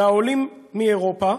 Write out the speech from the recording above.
והעולים מאירופה,